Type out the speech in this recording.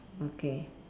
okay